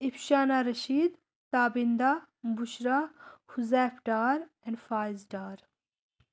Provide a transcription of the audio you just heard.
Afshana Rashid Tabinda Bushra Huzaif Dar and Faiz Dar